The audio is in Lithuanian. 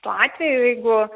tuo atveju jeigu